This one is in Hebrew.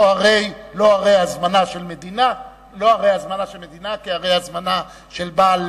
לא הרי הזמנה של מדינה כהרי הזמנה של בעל